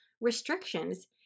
restrictions